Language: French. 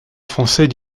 français